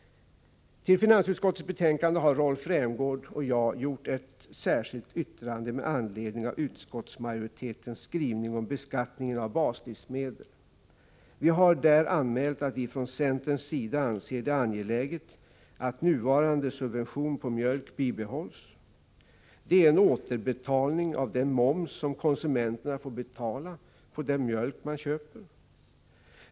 Till finansutskottets betänkande har Rolf Rämgård och jag avgivit ett särskilt yttrande med anledning av utskottsmajoritetens skrivning om beskattningen av baslivsmedel. Vi har där anmält att vi från centerns sida anser det angeläget att nuvarande subvention på mjölk bibehålls. Det är en återbetalning av den moms som konsumenterna får betala på den mjölk de köper.